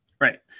Right